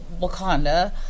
Wakanda